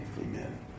amen